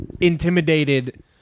intimidated